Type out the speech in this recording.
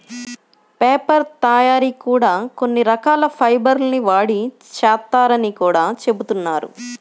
paper తయ్యారీ కూడా కొన్ని రకాల ఫైబర్ ల్ని వాడి చేత్తారని గూడా జెబుతున్నారు